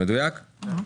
אל תשכח,